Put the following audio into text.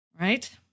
right